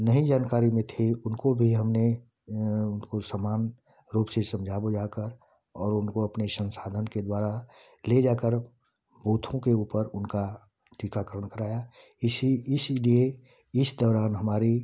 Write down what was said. नहीं जानकारी में थे उनको भी हमने उनको समान रूप से समझा बुझाकर और उनको अपने संसाधन के द्वारा ले जाकर बूथों के ऊपर उनका टीकाकरण कराया इसी इसलिए इस दौरान हमारी